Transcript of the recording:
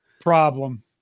problem